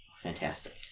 Fantastic